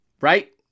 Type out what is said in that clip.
Right